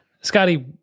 Scotty